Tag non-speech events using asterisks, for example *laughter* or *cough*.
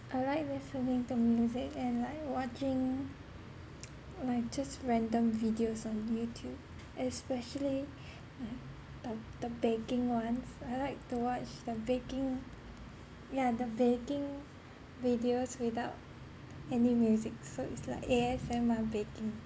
I like listening to music and like watching *noise* like just random videos on youtube especially like the the baking ones I like to watch the baking yeah the baking videos without any music so it's like A_S_M_R baking